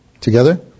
Together